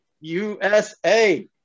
USA